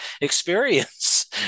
experience